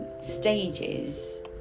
stages